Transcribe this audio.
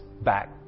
back